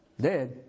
dead